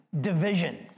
division